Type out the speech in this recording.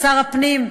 שר הפנים,